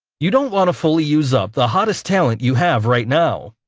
you don't wanna fully use up the hottest talent you have right now.